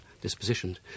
dispositioned